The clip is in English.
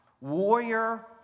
warrior